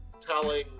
telling